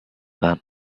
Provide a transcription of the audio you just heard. that